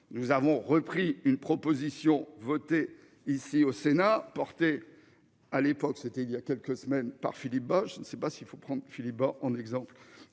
Nous avons repris une proposition votée ici au Sénat, porté à l'époque, c'était il y a quelques semaines par Philippe Bas. Je ne sais pas s'il faut prendre Philippe Bas en exemple.